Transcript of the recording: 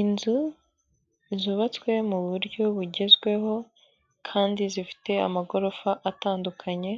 Inzu zubatswe mu buryo bugezweho, kandi zifite amagorofa atandukanye ,